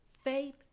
Faith